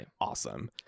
awesome